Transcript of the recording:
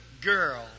girl